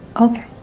Okay